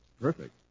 Perfect